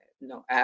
No